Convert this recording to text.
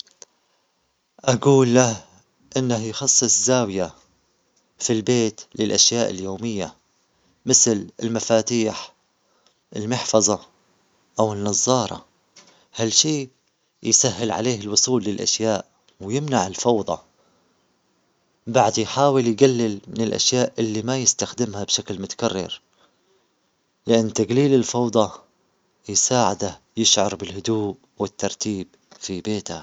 إذا رجعت أسبوعًا إلى الوراء، أستغل الفرصة لتحسين قراراتي وتصحيح الأخطاء اللي سويتها. أتواصل مع أصدقائي وأقربائي بشكل أفضل وأستغل الوقت لحل أي خلافات أو مواقف محتملة. أركز على تنظيم وقتي بشكل أفضل وأنجز مهامي بكفاءة أكثر. أحاول أستفيد من معرفتي بالأحداث اللي صارت لأستعد لأي تحديات وأضمن أن الأسبوع يمضي بشكل أفضل وأكثر إنتاجية.